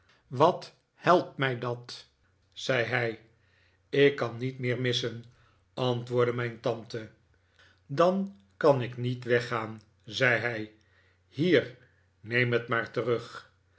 wat helpt mij dat zei hij ik kan niet meer missen antwoordde mijn tante dan kan ik niet weggaan zei hij hier neem het maar terug